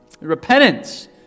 repentance